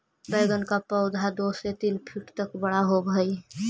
बैंगन का पौधा दो से तीन फीट तक बड़ा होव हई